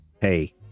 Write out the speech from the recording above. hey